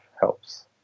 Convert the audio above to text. helps